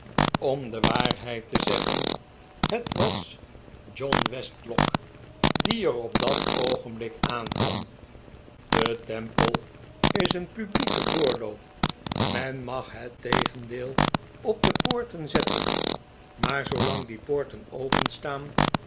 om de waarheid te zeggen het was john westlock die er op dat oogenblik aankwam de temple is een publieke doorloop men mag het tegendeel op de poorten zetten maar zoolang die poorten openstaan